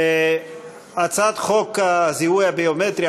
הצעת חוק הזיהוי הביומטרי,